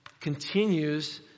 continues